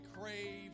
crave